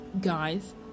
guys